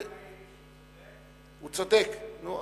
היא שהוא צודק, הוא